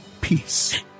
peace